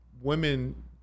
Women